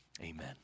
amen